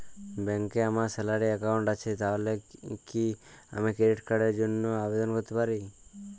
ব্যাংকে আমার salary account আছে তাহলে কি আমি ক্রেডিট কার্ড র জন্য আবেদন করতে পারি?